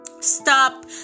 Stop